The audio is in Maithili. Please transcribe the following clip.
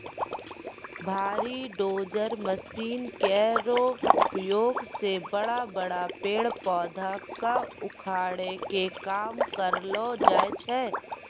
भारी डोजर मसीन केरो उपयोग सें बड़ा बड़ा पेड़ पौधा क उखाड़े के काम करलो जाय छै